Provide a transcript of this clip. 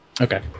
Okay